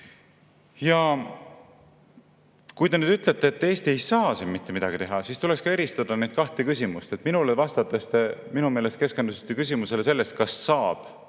Kui te nüüd ütlete, et Eesti ei saa siin mitte midagi teha, siis tuleks ka eristada neid kahte küsimust. Minule vastates te minu meelest keskendusite küsimusele, kas saab